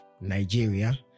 Nigeria